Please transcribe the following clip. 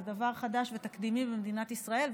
זה דבר חדש ותקדימי במדינת ישראל,